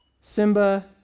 Simba